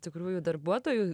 tikrųjų darbuotojų